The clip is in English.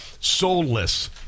soulless